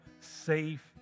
safe